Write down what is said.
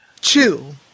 Chill